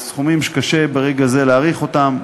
בסכומים שקשה ברגע זה להעריך אותם,